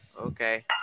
Okay